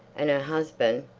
and her husband.